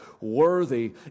worthy